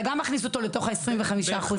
אתה גם מכניס אותו לתוך ה-25% הללו.